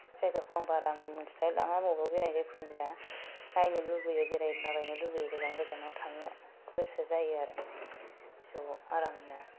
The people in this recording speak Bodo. जायगाखौ आं बारा मिन्थिथायलाङा मबाव बेरायनो जेखुनु जाया नायनो लुबैयो बेरायलाबायनो लुबैयो गोजान गोजानाव थांनो गोसो जायो आरो ज' आरामनो